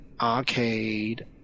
arcade